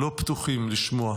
לא פתוחים לשמוע.